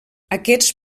aquests